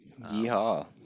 yeehaw